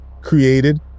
created